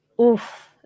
oof